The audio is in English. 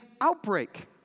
Outbreak